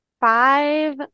five